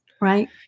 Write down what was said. Right